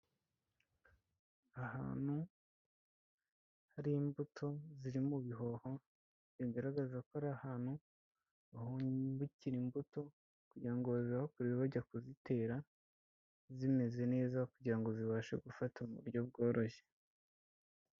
Ahantu hari imbuto ziri mu bihoho, bigaraga ko ari ahantu bahombekera imbuto kugira ngo bazihakure bajya kuzitera zimeze neza kugira ngo zibashe gufata mu buryo bworoshye.